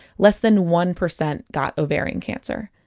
less than one percent got ovarian cancer.